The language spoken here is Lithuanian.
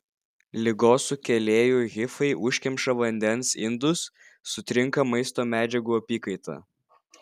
ligos sukėlėjų hifai užkemša vandens indus sutrinka maisto medžiagų apykaita